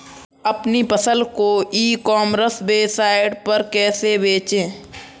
अपनी फसल को ई कॉमर्स वेबसाइट पर कैसे बेचें?